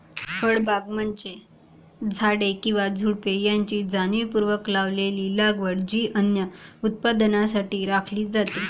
फळबागा म्हणजे झाडे किंवा झुडुपे यांची जाणीवपूर्वक लावलेली लागवड जी अन्न उत्पादनासाठी राखली जाते